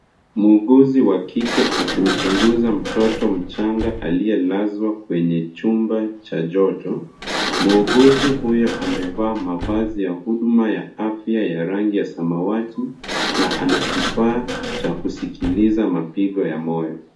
Muuguzi wa kike akimchunguza mtoto mchanga aliyelazwa kwenye chumba cha joto. Muuguzi huyo amevaa mavazi ya huduma ya afya ya rangi ya samawati na ana kifaa cha kusikiliza mapigo ya moyo.